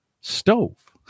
stove